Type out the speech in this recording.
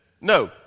No